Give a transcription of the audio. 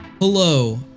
Hello